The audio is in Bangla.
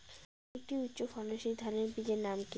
একটি উচ্চ ফলনশীল ধানের বীজের নাম কী?